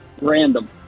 Random